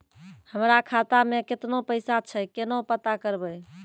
हमरा खाता मे केतना पैसा छै, केना पता करबै?